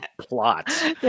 plot